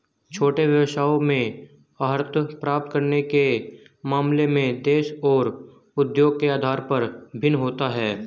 छोटे व्यवसायों में अर्हता प्राप्त करने के मामले में देश और उद्योग के आधार पर भिन्न होता है